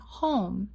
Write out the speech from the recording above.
home